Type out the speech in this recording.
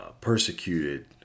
persecuted